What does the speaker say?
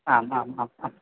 आ आम् आम् आम् आम्